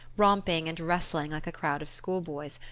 romping and wrestling like a crowd of school-boys,